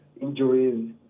injuries